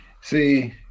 See